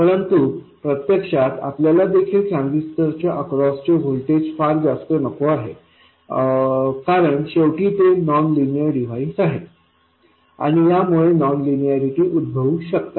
परंतु प्रत्यक्षात आपल्याला देखील ट्रांजिस्टर च्या अक्रॉस चे व्होल्टेज फार जास्त नको आहे कारण शेवटी ते नॉन लिनीअर डिव्हाइस आहे आणि यामुळे नॉन लिनीऐरिटी उद्भवू शकतात